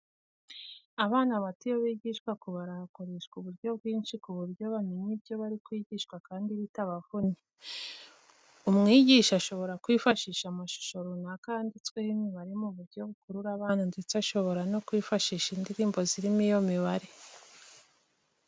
Abana bato iyo bigishwa kubara hakoreshwa uburyo bwinshi ku buryo bamenya ibyo bari kwigishwa kandi bitabavunnye. Umwigisha ashobora kwifashisha amashusho runaka yanditsweho imibare mu buryo bukurura abana ndetse ashobora no kwifashisha indirimbo zirimo iyo mibare.